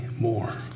more